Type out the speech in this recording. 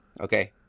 Okay